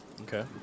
Okay